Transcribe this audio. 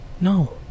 No